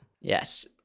Yes